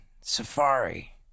safari